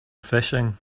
fishing